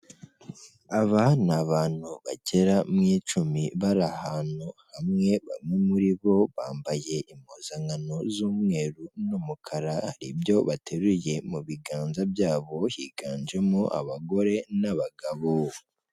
Aba ni abantu bagera mu icumi bari ahantu hamwe, bamwe muri bo bambaye impuzankano z'umweru n'umukara, ibyo bateruye mu biganza byabo higanjemo abagore n'abagabo.